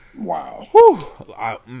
wow